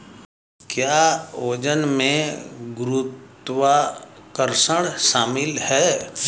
क्या वजन में गुरुत्वाकर्षण शामिल है?